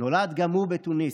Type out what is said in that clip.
נולד גם הוא בתוניס.